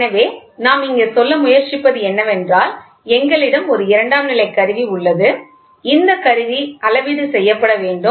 எனவே நாம் இங்கே சொல்ல முயற்சிப்பது என்னவென்றால் எங்களிடம் ஒரு இரண்டாம் நிலை கருவி உள்ளது இந்த கருவி அளவீடு செய்யப்பட வேண்டும்